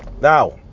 now